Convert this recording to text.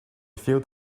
failed